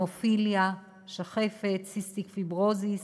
המופיליה, שחפת, סיסטיק פיברוזיס,